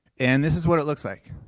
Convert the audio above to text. and this is what it looks like.